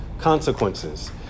consequences